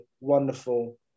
wonderful